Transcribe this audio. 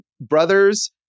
brothers